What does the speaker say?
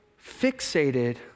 fixated